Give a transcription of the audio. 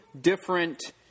different